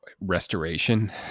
restoration